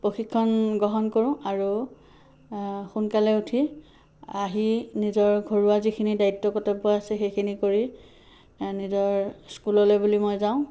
প্ৰশিক্ষণ গ্ৰহণ কৰোঁ আৰু সোনকালে উঠি আহি নিজৰ ঘৰুৱা যিখিনি দ্বায়িত্ব কৰ্তব্য আছে সেইখিনি কৰি নিজৰ স্কুললৈ বুলি মই যাওঁ